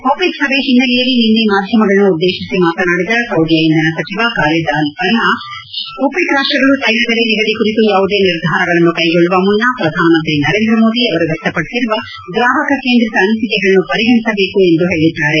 OPEC ಸಭೆ ಹಿನ್ನೆಲೆಯಲ್ಲಿ ನಿನ್ನೆ ಮಾಧ್ತಮಗಳನ್ನು ಉದ್ದೇಶಿಸಿ ಮಾತನಾಡಿದ ಸೌದಿಯ ಇಂಧನ ಸಚಿವ ಖಾಲಿದ್ ಅಲ್ ಫಾಲ್ವಾ ಓಪೆಕ್ ರಾಷ್ಟಗಳು ತೈಲ ಬೆಲೆ ನಿಗದಿ ಕುರಿತು ಯಾವುದೇ ನಿರ್ಧಾರಗಳನ್ನು ಕೈಗೊಳ್ಳುವ ಮುನ್ನ ಪ್ರಧಾನಮಂತ್ರಿ ನರೇಂದ್ರಮೋದಿ ಅವರ ವ್ಯಕ್ತಪಡಿಸಿರುವ ಗ್ರಾಹಕ ಕೇಂದ್ರೀತ ಅನಿಸಿಕೆಗಳನ್ನು ಪರಿಗಣಿಸಬೇಕು ಎಂದು ಹೇಳಿದ್ದಾರೆ